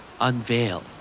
Unveil